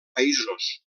països